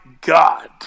God